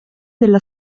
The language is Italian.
della